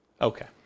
Okay